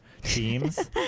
teams